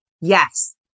Yes